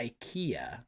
Ikea